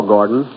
Gordon